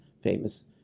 famous